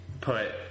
put –